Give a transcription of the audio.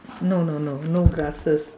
no no no no glasses